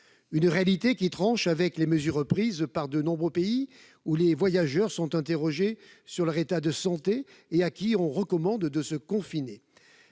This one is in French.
Cette réalité tranche avec les mesures prises par de nombreux pays, où les voyageurs sont interrogés sur leur état de santé et auxquels on recommande de se confiner.